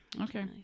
Okay